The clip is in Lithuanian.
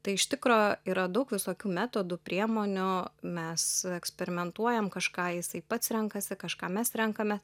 tai iš tikro yra daug visokių metodų priemonių o mes eksperimentuojam kažką jisai pats renkasi kažką mes renkame